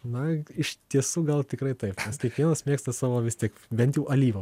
na iš tiesų gal tikrai taip kiekvienas mėgsta savo vis tiek bent jau alyvą